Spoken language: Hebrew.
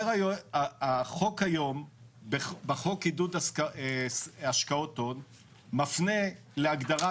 החוק היום חוק עידוד השקעות הון מפנה להגדרת